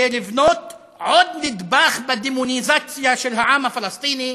כדי לבנות עוד נדבך בדמוניזציה של העם הפלסטיני